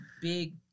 big